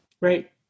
Right